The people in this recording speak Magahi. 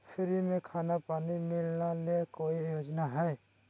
फ्री में खाना पानी मिलना ले कोइ योजना हय?